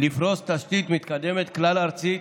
לפרוס תשתית מתקדמת, כלל-ארצית.